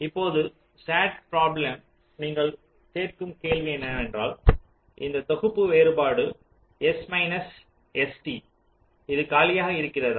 இப்போது SAT problem நீங்கள் கேட்கும் கேள்வி என்னவென்றால் இந்த தொகுப்பு வேறுபாடு S மைனஸ் ST இது காலியாக இருக்கிறதா